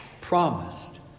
promised